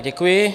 Děkuji.